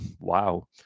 Wow